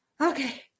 Okay